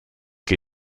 che